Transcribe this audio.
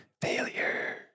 Failure